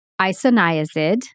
Isoniazid